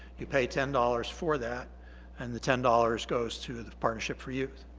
you pay ten dollars for that and the ten dollars goes to the partnership for youth